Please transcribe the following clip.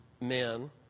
men